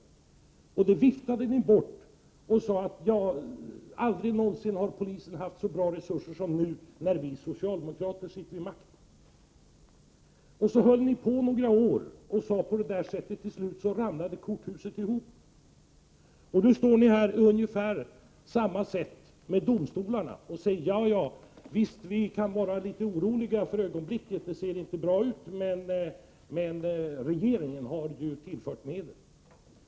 Men det önskemålet viftade ni bara bort och sade: Aldrig någonsin har polisen haft så bra resurser som nu när vi socialdemokrater har makten. Under några års tid sade ni så. Men till slut ramlade korthuset ihop. Nu förhåller det sig på ungefär samma sätt med domstolarna. Ni säger: Ja, visst kan man vara litet orolig för ögonblicket. Det ser inte bra ut. Men regeringen har tillfört medel.